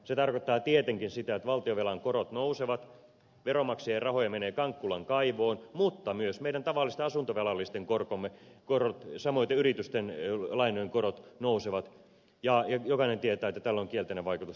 se tarkoittaa tietenkin sitä että valtionvelan korot nousevat veronmaksajien rahoja menee kankkulan kaivoon mutta myös meidän tavallisten asuntovelallisten korot samoin yritysten lainojen korot nousevat ja jokainen tietää että tällä on kielteinen vaikutus talouskehitykseen